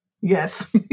Yes